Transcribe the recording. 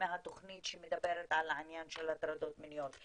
מהתוכנית שמדברת על העניין של הטרדות מיניות.